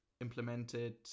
implemented